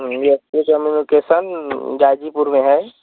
ये स्टेशनरी का location Ghazipur में है